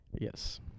Yes